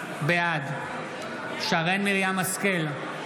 בעד שרן מרים השכל,